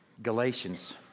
Galatians